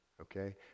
Okay